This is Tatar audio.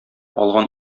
алган